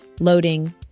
loading